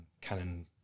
canon